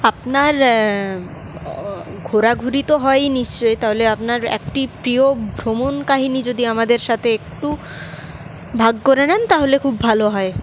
আপনার ঘোরাঘুরি তো হয়ই নিশ্চয়ই তাহলে আপনার একটি প্রিয় ভ্রমণকাহিনী যদি আমাদের সাথে একটু ভাগ করে নেন তাহলে খুব ভালো হয়